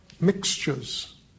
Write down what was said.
mixtures